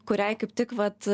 kuriai kaip tik vat